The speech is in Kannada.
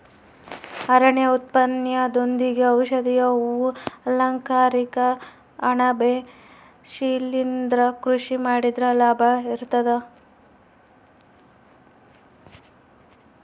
ಅರಣ್ಯ ಉತ್ಪನ್ನದೊಂದಿಗೆ ಔಷಧೀಯ ಹೂ ಅಲಂಕಾರಿಕ ಅಣಬೆ ಶಿಲಿಂದ್ರ ಕೃಷಿ ಮಾಡಿದ್ರೆ ಲಾಭ ಇರ್ತದ